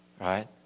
right